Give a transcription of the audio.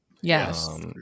Yes